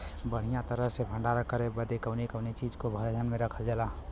बढ़ियां तरह से भण्डारण करे बदे कवने कवने चीज़ को ध्यान रखल जा?